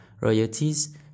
royalties